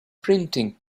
printing